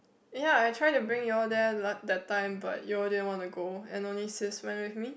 ya I try to bring you all there la~ that time but you all didn't want to go and only sis went with me